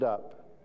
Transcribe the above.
up